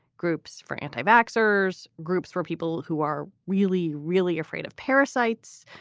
groups for anti-vaxxers. groups for people who are really, really afraid of parasites.